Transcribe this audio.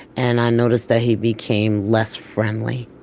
and i noticed that he became less friendly.